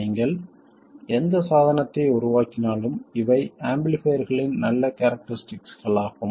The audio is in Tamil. நீங்கள் எந்த சாதனத்தை உருவாக்கினாலும் இவை ஆம்பிளிஃபைர்களின் நல்ல கேரக்டரிஸ்டிக்களாகும்